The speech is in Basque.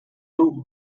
hau